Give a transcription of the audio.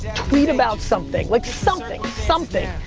tweet about something. like something, something.